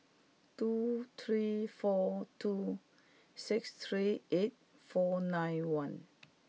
two three four two six three eight four nine one